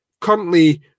currently